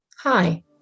Hi